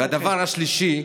הדבר השלישי,